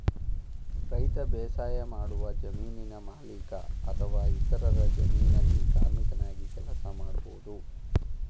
ರೈತ ಬೇಸಾಯಮಾಡುವ ಜಮೀನಿನ ಮಾಲೀಕ ಅಥವಾ ಇತರರ ಜಮೀನಲ್ಲಿ ಕಾರ್ಮಿಕನಾಗಿ ಕೆಲಸ ಮಾಡ್ಬೋದು